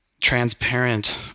transparent